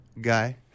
guy